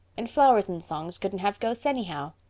and flowers and songs couldn't have ghosts anyhow.